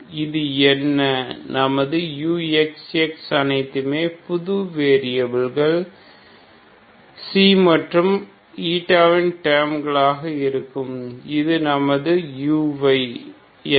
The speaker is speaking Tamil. இது என்ன நமது uxx அனைத்துமே புதிய வேரியபில் ξ and η டேர்ம் களாக இருக்கும் நமது uy என்ன